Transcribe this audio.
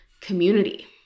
Community